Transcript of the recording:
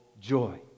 joy